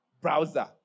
browser